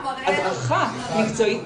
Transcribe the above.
או הדרכה מקצועית,